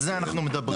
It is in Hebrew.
על זה אנחנו מדברים